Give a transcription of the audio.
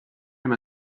him